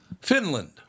Finland